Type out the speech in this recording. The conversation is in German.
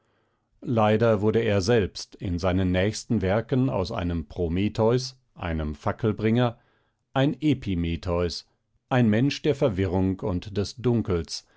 leider wurde er selbst in seinen nächsten werken aus einem prometheus einem fackelbringer ein epimetheus ein mensch der verwirrung und des dunkels